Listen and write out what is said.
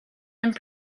and